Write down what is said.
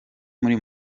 muri